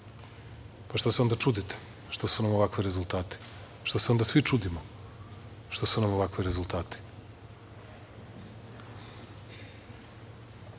Pa, šta se onda čudite što su nam ovakvi rezultati? Što se onda svi čudimo što su nam ovakvi rezultati? Koliko